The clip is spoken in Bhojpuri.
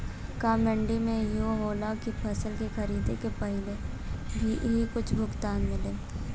का मंडी में इहो होला की फसल के खरीदे के पहिले ही कुछ भुगतान मिले?